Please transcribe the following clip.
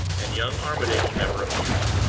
and young armadale never appeared.